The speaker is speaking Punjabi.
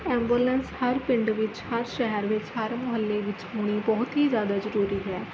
ਐਂਬੂਲੈਂਸ ਹਰ ਪਿੰਡ ਵਿੱਚ ਹਰ ਸ਼ਹਿਰ ਵਿੱਚ ਹਰ ਮੁਹੱਲੇ ਵਿੱਚ ਹੋਣੀ ਬਹੁਤ ਹੀ ਜ਼ਿਆਦਾ ਜ਼ਰੂਰੀ ਹੇੈ